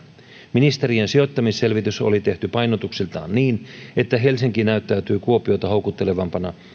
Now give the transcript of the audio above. ministeriön sijoittamisselvitys oli tehty painotuksiltaan niin että helsinki näyttäytyy kuopiota houkuttelevampana